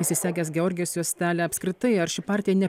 įsisegęs georgijaus juostelę apskritai ar ši partija ne